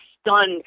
stunned